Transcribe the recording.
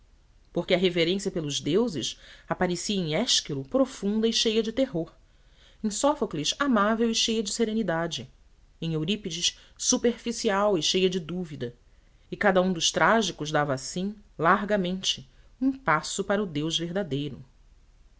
porque a reverência pelos deuses aparecia em ésquilo profunda e cheia de terror em sófocles amável e cheia de serenidade em eurípides superficial e cheia de dúvida e cada um dos trágicos dava assim largamente um passo para o deus verdadeiro